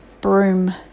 broom